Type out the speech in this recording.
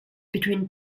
between